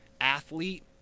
athlete